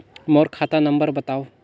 मोर खाता नम्बर बताव?